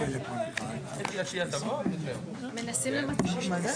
הנוכחים, מאחל